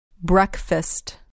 Breakfast